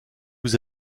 vous